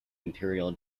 imperial